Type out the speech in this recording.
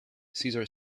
caesar